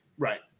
Right